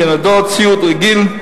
ציוד רגיל,